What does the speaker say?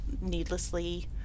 needlessly